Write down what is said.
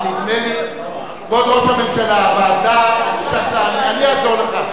כבוד ראש הממשלה, הוועדה, אני אעזור לך.